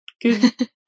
Good